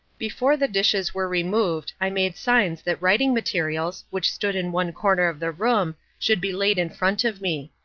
before the dishes were removed i made signs that writing materials, which stood in one corner of the room, should be laid in front of me.